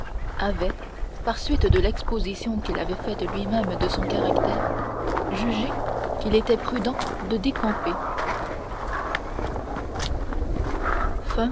avait par suite de l'exposition qu'il avait faite luimême de son caractère jugé qu'il était prudent de décamper